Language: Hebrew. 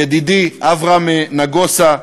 ידידי אברהם נגוסה,